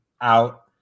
out